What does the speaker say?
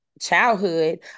childhood